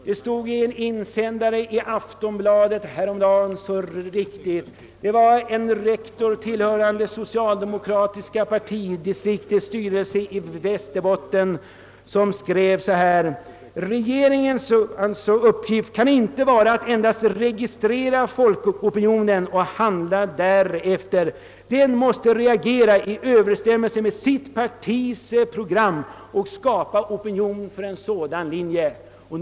Det stod så riktigt i en insändare i Aftonbladet häromdagen — det var en rektor tillhörande det socialdemokratiska partidistriktets styrelse i Västerbotten som skrev — att regeringens uppgift inte kan vara att registrera folkopinionen och handla därefter utan den måste reagera i överensstämmelse med sitt partis program och skapa en opinion för en utvidgad u-landshjälp.